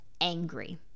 angry